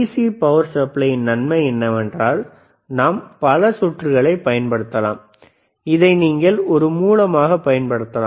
C power சப்ளையின் நன்மை என்னவென்றால் நாம் பல சுற்றுகளை பயன்படுத்தலாம் இதை நீங்கள் ஒரு மூலமாகப் பயன்படுத்தலாம்